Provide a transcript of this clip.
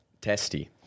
testy